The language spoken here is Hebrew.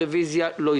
הצבעה הרוויזיה לא אושרה.